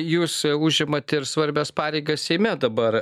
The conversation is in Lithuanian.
jūs užimat ir svarbias pareigas seime dabar